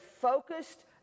focused